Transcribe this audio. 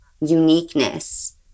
uniqueness